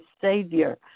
Savior